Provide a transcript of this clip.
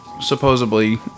supposedly